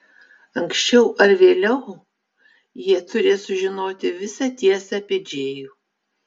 anksčiau ar vėliau jie turės sužinoti visą tiesą apie džėjų